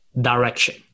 direction